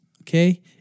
Okay